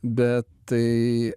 bet tai